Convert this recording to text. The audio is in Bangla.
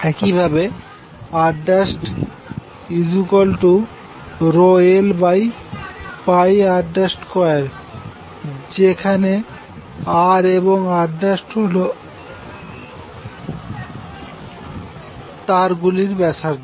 একইভাবে Rρlπr2যেখানে r এবং rহল তার গুলির ব্যাসার্ধ